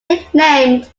nicknamed